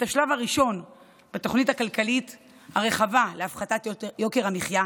השלב הראשון בתוכנית הכלכלית הרחבה להפחתת יוקר המחיה,